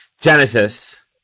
Genesis